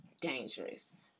dangerous